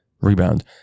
Rebound